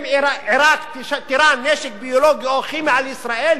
אם עירק תירה נשק ביולוגי או כימי על ישראל,